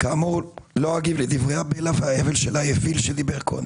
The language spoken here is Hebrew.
כאמור לא אגיב לדברי הבלע וההבל של מי שדיבר קודם.